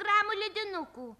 gramų ledinukų